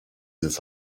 this